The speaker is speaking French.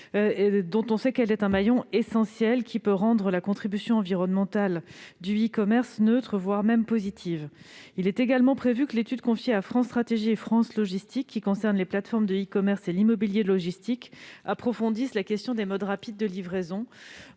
savons que celle-ci est un maillon essentiel, qui peut contribuer à rendre la contribution environnementale du e-commerce neutre, voire positive. Il est également prévu que l'étude confiée à France Stratégie et à France Logistique, qui concerne les plateformes de e-commerce et l'immobilier logistique, approfondisse la question des modes rapides de livraison,